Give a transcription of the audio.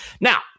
Now